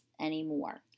anymore